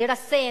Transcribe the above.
לרסן,